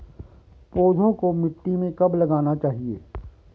पौधों को मिट्टी में कब लगाना चाहिए?